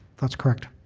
that's correct.